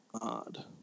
odd